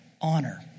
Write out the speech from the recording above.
honor